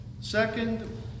second